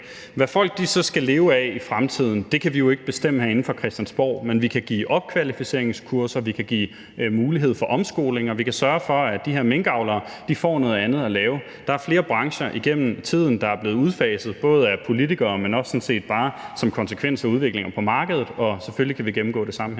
Hvad folk så skal leve af i fremtiden, kan vi jo ikke bestemme herinde på Christiansborg, men vi kan give opkvalificeringskurser, vi kan give mulighed for omskoling, og vi kan sørge for, at de her minkavlere får noget andet at lave. Der er flere brancher gennem tiden, der er blevet udfaset, både af politikere, men også sådan set bare som en konsekvens af udviklinger på markedet. Og selvfølgelig kan vi gennemføre det samme her.